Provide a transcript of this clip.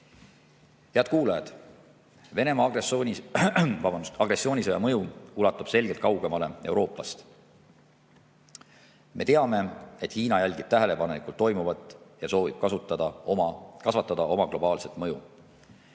Head kuulajad! Venemaa agressioonisõja mõju ulatub selgelt kaugemale Euroopast. Teame, et Hiina jälgib tähelepanelikult toimuvat ja soovib kasvatada oma globaalset mõju.